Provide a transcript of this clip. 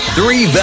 Three